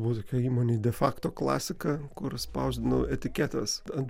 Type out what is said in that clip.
buvo tokia įmonė defekto klasika kur spausdinau etiketes ant